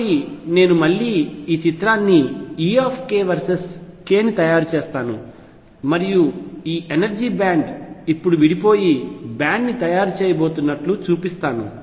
కాబట్టి నేను మళ్ళీ ఈ చిత్రాన్ని E వర్సెస్ k ని గీస్తాను మరియు ఈ ఎనర్జీ ఇప్పుడు విడిపోయి బ్యాండ్ ని తయారు చేయబోతున్నట్లు చూపిస్తాను